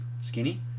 skinny